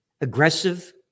aggressive